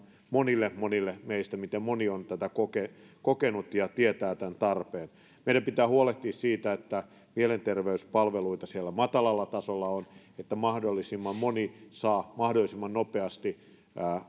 monille monille meistä miten moni on tätä kokenut kokenut ja tietää tämän tarpeen meidän pitää huolehtia siitä että mielenterveyspalveluita on siellä matalalla tasolla että mahdollisimman moni saa mahdollisimman nopeasti